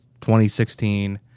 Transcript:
2016